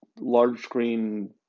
large-screen